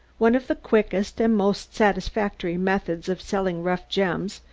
one of the quickest and most satisfactory methods of selling rough gems,